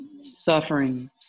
suffering